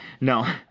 No